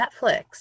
netflix